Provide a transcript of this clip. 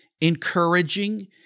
encouraging